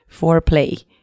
foreplay